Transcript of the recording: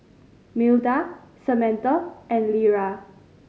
Milda Samatha and Lera